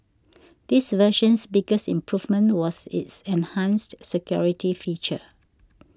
this version's biggest improvement was its enhanced security feature